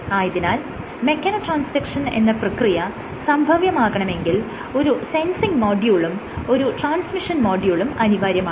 ആയതിനാൽ mechano transduction എന്ന പ്രക്രിയ സംഭവ്യമാകണമെങ്കിൽ ഒരു സെൻസിങ് മോഡ്യൂളും ഒരു ട്രാൻസ്മിഷൻ മോഡ്യൂളും അനിവാര്യമാണ്